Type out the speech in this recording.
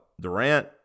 Durant